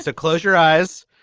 so close your eyes.